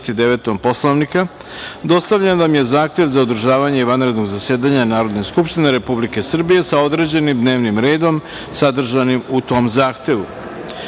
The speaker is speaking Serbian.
Poslovnika, dostavljen vam je zahtev za održavanje vanrednog zasedanja Narodne skupštine Republike Srbije, sa određenim dnevnom redom sadržanim u tom zahtevu.Za